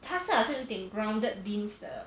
它是好像有点 grounded beans 的